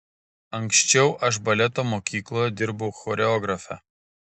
anksčiau aš baleto mokykloje dirbau choreografe